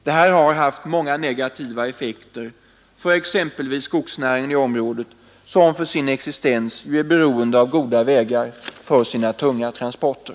Detta har haft många negativa effekter för exempelvis skogsnäringen i området, som för sin existens är beroende av goda vägar för sina tunga transporter.